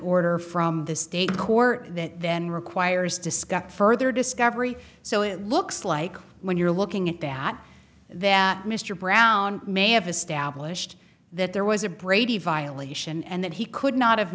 order from the state court that then requires discuss further discovery so it looks like when you're looking at data that mr brown may have established that there was a brady violation and that he could not have